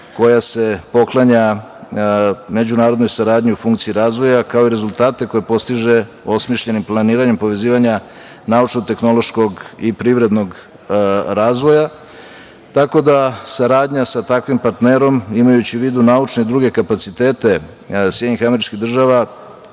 koja se poklanja međunarodnoj saradnji u funkciji razvoja, kao i rezultate koje postiže osmišljenim planiranjem povezivanja naučno-tehnološkog i privrednog razvoja. Tako da, saradnja sa takvim partnerom, imajući u vidu naučne i druge kapacitete SAD, svakako može